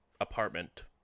apartment